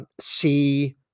see